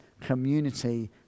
community